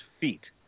feet